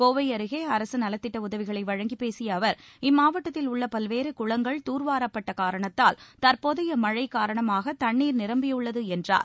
கோவை அருகே அரசு நலத்திட்ட உதவிகளை வழங்கிப் பேசிய அவர் இம்மாவட்டத்தில் உள்ள பல்வேறு குளங்கள் தூர்வாரப்பட்ட காரணத்தால் தற்போதைய மனழ காரணமாக தண்ணீர் நிரம்பியுள்ளது என்றார்